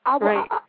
Right